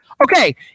Okay